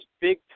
big